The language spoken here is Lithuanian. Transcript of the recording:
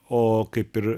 o kaip ir